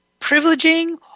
privileging